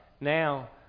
Now